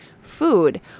food